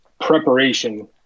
preparation